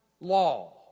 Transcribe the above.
law